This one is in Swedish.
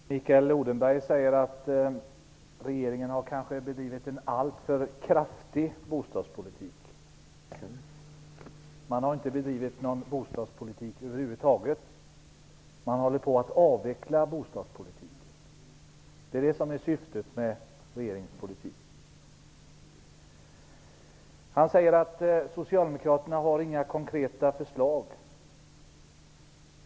Herr talman! Mikael Odenberg säger att regeringen bedrivit en alltför kraftig bostadspolitik. -- Man har inte bedrivit någon bostadspolitik över huvud taget. Man avvecklar bostadspolitiken. Det är det som är syftet med regeringens politik. Mikael Odenberg säger att socialdemokraterna inte har några konkreta förslag.